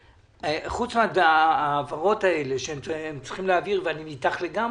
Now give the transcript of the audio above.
חוץ מההעברות האלה שהם צריכים להעביר ואני אתך לגמרי,